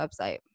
website